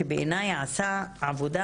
שבעיניי עשה עבודה,